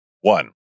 One